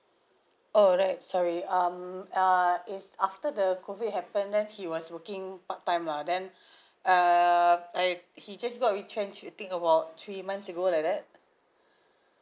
oh right sorry um uh it's after the COVID happen then he was working part time lah then err like he just got retrenched I think about three months ago like that